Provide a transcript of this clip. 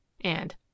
and—